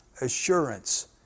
assurance